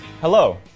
Hello